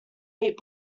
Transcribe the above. eight